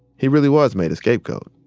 he really was made a scapegoat.